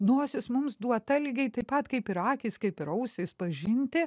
nosis mums duota lygiai taip pat kaip ir akys kaip ir ausys pažinti